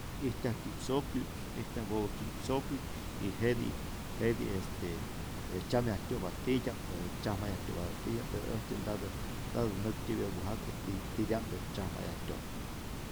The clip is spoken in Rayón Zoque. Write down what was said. Ijtyaj kyi'psokyu', ijtyaj wäpä kyipsokyu' y jetij jetij este tzyamyajtyo'pa titya'p, tzyajmayajtyo'patä titya'p, pero äjtyä ntatä ntatä näktyäpya wäjake tiyä titya'mtä tzyajmayajtyo'pa.